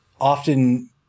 often